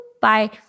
bye